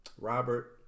Robert